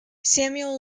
samuel